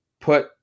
put